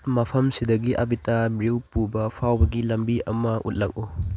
ꯃꯐꯝꯁꯤꯗꯒꯤ ꯑꯥꯕꯤꯇꯥ ꯕꯤꯎ ꯄꯨꯕ ꯐꯥꯎꯕꯒꯤ ꯂꯝꯕꯤ ꯑꯃ ꯎꯠꯂꯛꯎ